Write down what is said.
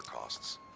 costs